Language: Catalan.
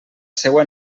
seua